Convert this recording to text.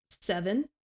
seven